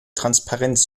transparenz